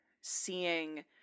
seeing